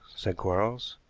said quarles.